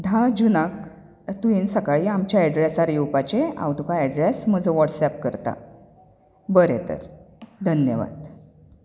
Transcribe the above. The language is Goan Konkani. धा जुनाक तुंवेन सकाळीं आमच्या ऐड्रेसार येवपाचे हांव तुंका ऐड्रेस म्हजो व्हाट्सएप करता बरें तर धन्यवाद